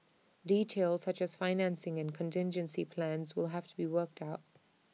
details such as financing and contingency plans will have to be worked out